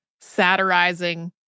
satirizing